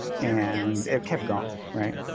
and it kept going, right?